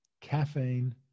caffeine